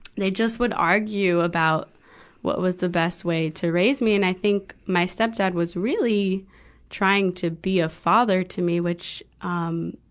they just would argue about what was the best way to raise me. and i think my stepdad was really trying to be a father to me, which, um,